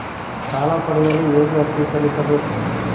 ಸಾಲ ಪಡೆಯಲು ಹೇಗೆ ಅರ್ಜಿ ಸಲ್ಲಿಸಬೇಕು?